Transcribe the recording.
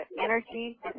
energy